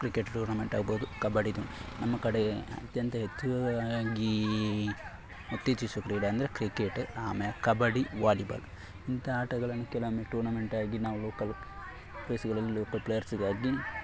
cricket tournament ಆಗ್ಬಹುದು kabaddi team ನಮ್ಮ ಕಡೆ ಅತ್ಯಂತ ಹೆಚ್ಚಾಗಿ ಉತ್ತೇಜಿಸುವ ಕ್ರೀಡೆ ಅಂದರೆ ಕ್ರಿಕೆಟ್ ಆಮ್ಯಾಗೆ ಕಬಡ್ಡಿ ವಾಲಿಬಾಲ್ ಇಂತಹ ಆಟಗಳನ್ನು ಕೆಲವೊಮ್ಮೆ ಟೂರ್ನಮೆಂಟಾಗಿ ನಾವು ಲೋಕಲ್ ಪ್ಲೇಸುಗಳಲ್ಲಿ ಲೋಕಲ್ ಪ್ಲೇಯರ್ಸಿಗಾಗಿ